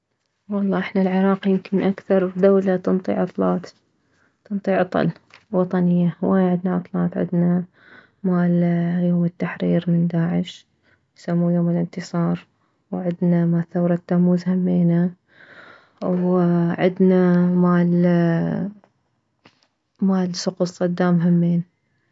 والله احنا العراق يمكن اكثر دولة تنطي عطلات تنطي عطل وطنية هواية عدنا عطلات عدنا ماليوم التحرير من داعش سموه يوم الانتصار وعدنا مالثورة تموز همينه وعدنا مال مالسقوط صدام همين